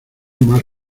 más